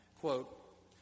Quote